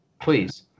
Please